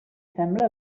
sembla